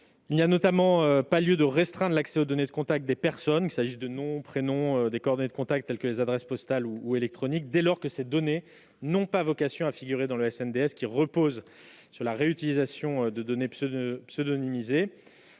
Il n'y a notamment pas lieu de restreindre l'accès aux données de contact des personnes- nom, prénom, coordonnées telles qu'adresses postale et électronique -, dès lors que ces données n'ont pas vocation à figurer dans le SNDS, celui-ci reposant sur la réutilisation de données pseudonymisées.